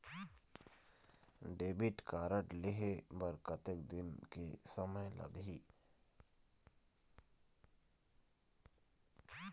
Debit card लेहे बर कतेक दिन के समय लगही?